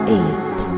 eight